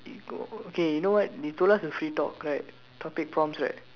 K go okay you know what you told us to free talk right topic prompts right